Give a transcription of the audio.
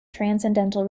transcendental